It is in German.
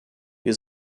wir